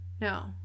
No